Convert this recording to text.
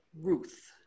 Ruth